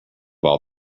all